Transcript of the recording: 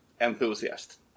enthusiast